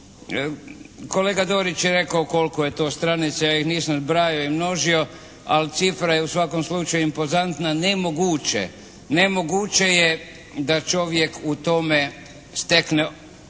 Kolega Dorić je rekao koliko je to stranica. Ja ih nisam zbrajao i množio ali cifra je u svakom slučaju impozantna. Ne moguće je da čovjek o tome stekne